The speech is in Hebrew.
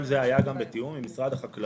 כל זה היה בתיאום עם משרד החקלאות.